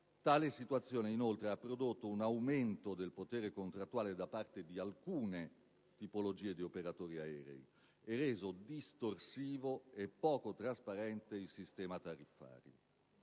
Tale situazione, inoltre, ha prodotto un aumento del potere contrattuale da parte di alcune tipologie di operatori aerei e reso distorsivo e poco trasparente il sistema tariffario.